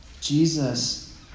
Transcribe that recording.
Jesus